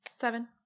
Seven